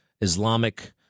Islamic